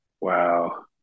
wow